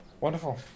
Wonderful